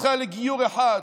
צריכה גיור אחד,